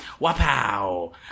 Wapow